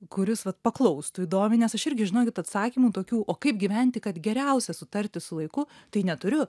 kuris vat paklaustų įdomiai nes aš irgi žinokit atsakymų tokių o kaip gyventi kad geriausia sutarti su laiku tai neturiu